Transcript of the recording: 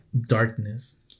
darkness